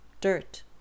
dirt